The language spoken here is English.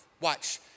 Watch